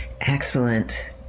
excellent